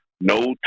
no